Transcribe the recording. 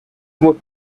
what